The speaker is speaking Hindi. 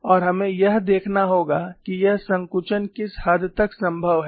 और हमें यह देखना होगा कि यह संकुचन किस हद तक संभव है